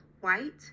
white